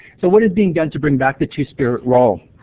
so what is being done to bring back the two-spirit role?